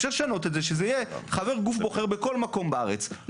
אפשר לשנות את זה שזה יהיה חבר גוף בוחר בכל מקום בארץ,